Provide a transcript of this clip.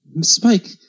Spike